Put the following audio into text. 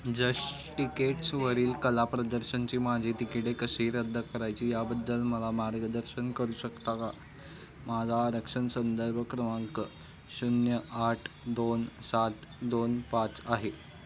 जश टिकेट्सवरील कला प्रदर्शनाची माझी तिकिटे कशी रद्द करायची याबद्दल मला मार्गदर्शन करू शकता का माझा आरक्षण संदर्भ क्रमांक शून्य आठ दोन सात दोन पाच आहे